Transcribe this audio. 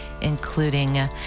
including